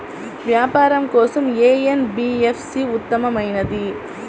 వ్యాపారం కోసం ఏ ఎన్.బీ.ఎఫ్.సి ఉత్తమమైనది?